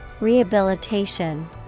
Rehabilitation